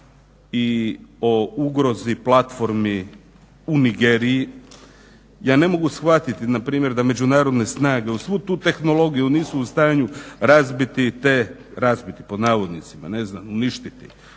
i o ugrozi platformi u Nigeriji, ja ne mogu shvatiti npr. da međunarodne snage uz svu tu tehnologiju nisu u stanju "razbiti" ne znam uništiti,